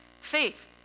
Faith